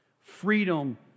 Freedom